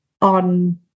on